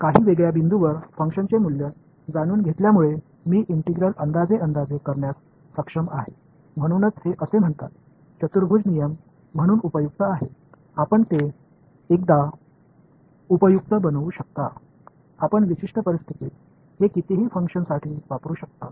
काही वेगळ्या बिंदूंवर फंक्शनचे मूल्य जाणून घेतल्यामुळे मी इंटिग्रल अंदाजे अंदाजे करण्यास सक्षम आहे म्हणूनच हे असे म्हणतात चतुर्भुज नियम म्हणून उपयुक्त आहे आपण ते एकदा उपयुक्त बनवू शकता आपण विशिष्ट परिस्थितीत हे कितीही फंक्शन्ससाठी वापरू शकता